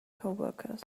coworkers